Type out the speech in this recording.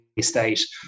state